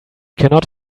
cannot